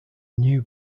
new